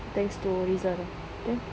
thanks to rizal okay